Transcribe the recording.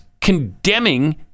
condemning